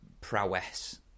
prowess